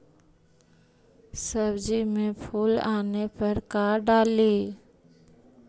सब्जी मे फूल आने पर का डाली?